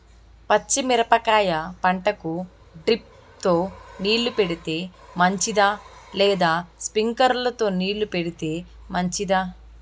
పచ్చి మిరపకాయ పంటకు డ్రిప్ తో నీళ్లు పెడితే మంచిదా లేదా స్ప్రింక్లర్లు తో నీళ్లు పెడితే మంచిదా?